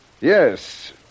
Yes